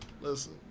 Listen